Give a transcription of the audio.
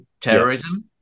terrorism